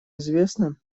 известно